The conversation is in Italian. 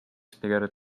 spiegare